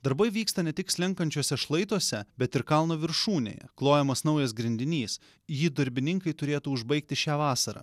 darbai vyksta ne tik slenkančiuose šlaituose bet ir kalno viršūnėje klojamas naujas grindinys jį darbininkai turėtų užbaigti šią vasarą